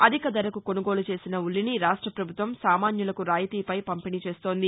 అధిక ధరకు కొనుగోలు చేసిన ఉల్లిని రాష్ట ప్రభుత్వం సామాన్యులకు రాయితీపై పంపిణీ చేస్తోంది